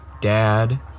dad